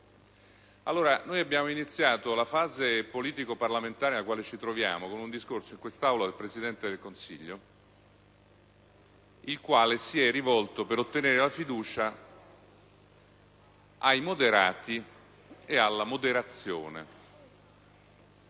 il tema. Abbiamo iniziato la fase politico‑parlamentare nella quale ci troviamo con un discorso svolto in quest'Aula dal Presidente del Consiglio, il quale si è rivolto, per ottenere la fiducia, ai moderati e alla moderazione.